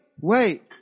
Wait